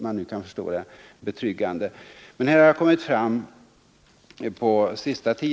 Men på senaste tiden har det dykt upp nya orosmoment.